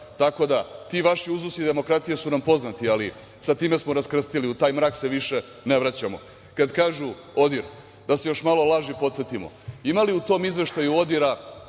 tako da ti vaši uzusi demokratije su nam poznati, ali sa time smo raskrstili, u taj mrak se više ne vraćamo. Kad kažu oni, da se još malo laži podsetimo, ima li u tom izveštaju ODIR-a